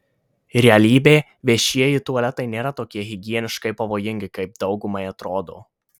realybė viešieji tualetai nėra tokie higieniškai pavojingi kaip daugumai atrodo